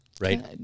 Right